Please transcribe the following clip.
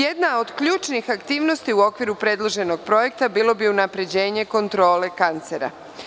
Jedna od ključnih aktivnosti u okviru predloženog projekta bilo bi unapređenje kontrole kancera.